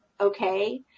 okay